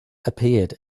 appeared